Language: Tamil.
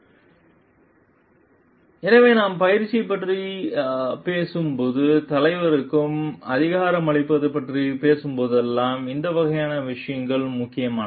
ஸ்லைடு நேரம் 2103 பார்க்கவும் எனவே நாம் பயிற்சி பற்றி பேசும் போது தலைமைக்கு அதிகாரம் அளிப்பது பற்றி பேசும் போதெல்லாம் இந்த வகையான விஷயங்கள் முக்கியமானவை